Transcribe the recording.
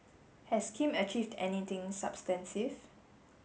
has Kim achieved anything substansive